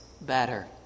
better